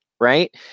right